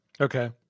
Okay